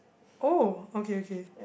oh okay okay